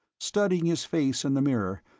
studying his face in the mirror,